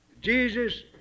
Jesus